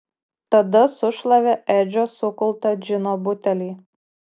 tada sušlavė edžio sukultą džino butelį